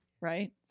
Right